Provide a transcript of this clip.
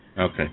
Okay